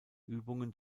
übungen